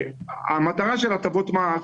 המטרה של הטבות מס,